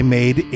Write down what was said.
made